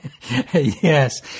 Yes